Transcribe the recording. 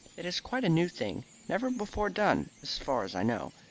it is quite a new thing never before done, as far as i know.